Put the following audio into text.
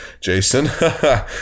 Jason